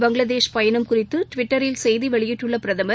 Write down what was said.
பங்களாதேஷ் பயணம் குறித்துடிவிட்டரில் செய்திவெளியிட்டுள்ளபிரதமர்